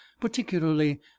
particularly